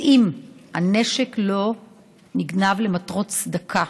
אטעים כי הנשק לא נגנב למטרות צדקה,